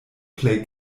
plej